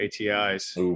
atis